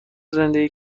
زندگی